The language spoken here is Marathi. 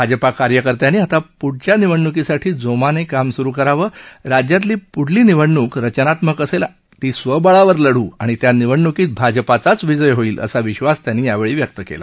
भाजपा कार्यकर्त्यानी आता प्ढच्या निवडण्कीसाठी जोमाने काम सुरू करावं राज्यातली प्ढली निवडणूक रचनात्मक असेल ती स्वबळावर लढू आणि त्या निवडण्कीत भाजपाचाच विजय होईल असा विश्वास त्यांनी व्यक्त केला